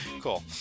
cool